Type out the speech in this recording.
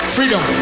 Freedom